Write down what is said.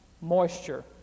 moisture